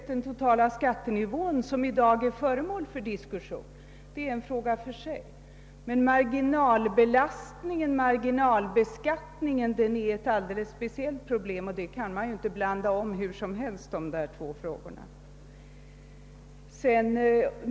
Den totala skattenivån är inte föremål för diskussion i dag, utan det gäller marginalbeskattningen som är ett alldeles speciellt problem. De här sakerna får man inte blanda om hur som helst.